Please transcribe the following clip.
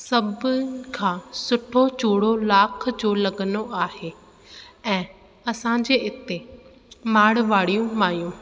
सभिनि खां सुठो चूड़ो लाख जो लॻंनो आहे ऐं असां जे इते मारवाड़ी मायूं